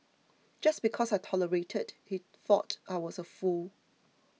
just because I tolerated he thought I was a fool